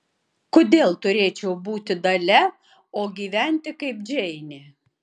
kodėl turėčiau būti dalia o gyventi kaip džeinė